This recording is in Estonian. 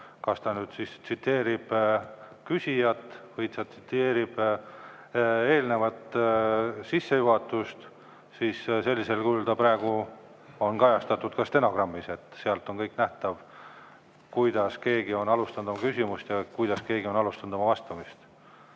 Kas ta tsiteerib küsijat või tsiteerib eelnevat sissejuhatust, siis sellisel kujul ta praegu on kajastatud ka stenogrammis, sealt on kõik nähtav: kuidas keegi on alustanud oma küsimust ja kuidas keegi on alustanud vastamist.